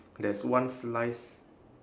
there's one slice